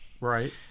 Right